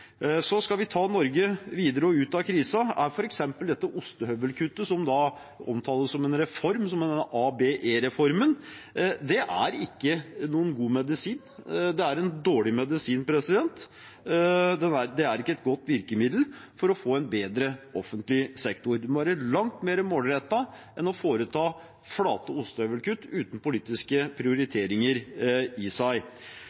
Skal vi ta Norge videre og ut av krisen, er f.eks. dette ostehøvelkuttet – som omtales som en reform, ABE-reformen – ikke noen god medisin. Det er en dårlig medisin. Det er ikke et godt virkemiddel for å få en bedre offentlig sektor. En må være langt mer målrettet enn å foreta flate ostehøvelkutt uten politiske